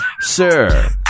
Sir